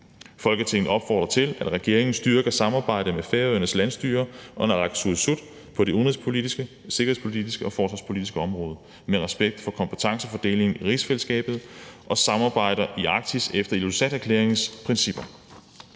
Folketinget opfordrer til, at regeringen styrker samarbejdet med Færøernes landsstyre og naalakkersuisut på det udenrigs-, sikkerheds- og forsvarspolitiske område med respekt for kompetencefordelingen i rigsfællesskabet og samarbejder i Arktis efter Ilulissaterklæringens principper.